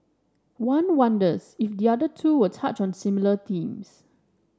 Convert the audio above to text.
one wonders if the other two will touch on similar themes